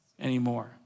anymore